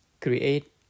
create